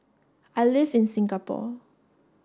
I live in Singapore